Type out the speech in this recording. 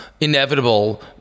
inevitable